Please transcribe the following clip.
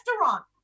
restaurant